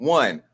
one